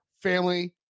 family